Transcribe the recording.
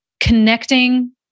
connecting